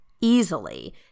easily